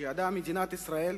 שידעה מדינת ישראל